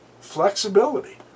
Flexibility